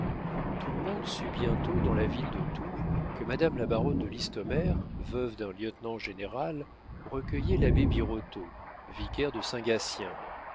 tout le monde sut bientôt dans la ville de tours que madame la baronne de listomère veuve d'un lieutenant-général recueillait l'abbé birotteau vicaire de saint gatien